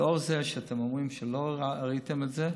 מכיוון שאתם אומרים שלא ראיתם את זה,